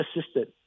assistant